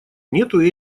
нету